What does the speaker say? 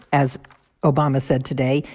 as obama said today.